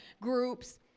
groups